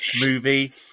movie